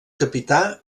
capità